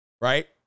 Right